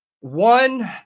one